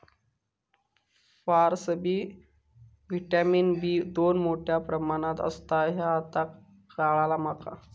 फारसबी vitamin B दोन मोठ्या प्रमाणात असता ह्या आता काळाला माका